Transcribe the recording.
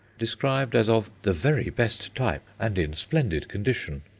described as of the very best type, and in splendid condition.